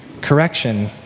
correction